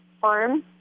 farm